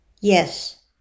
Yes